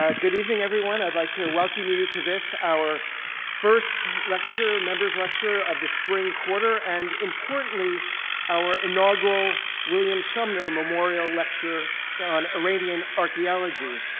ah good evening everyone, i'd like to welcome you to this our first lecture, members' lecture, of the spring quarter and importantly our inaugural william sumner memorial lecture yeah on iranian archaeology.